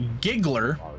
Giggler